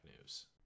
news